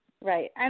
Right